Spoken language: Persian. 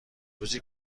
روزی